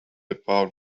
about